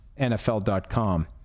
NFL.com